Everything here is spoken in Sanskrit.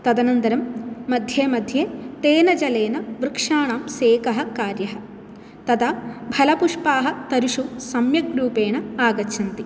तदनन्तरं मध्ये मध्ये तेन जलेन वृक्षाणां सेकः कार्यः तदा फलपुष्पाः तरुषु सम्यक् रूपेण आगच्छन्ति